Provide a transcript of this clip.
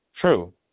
true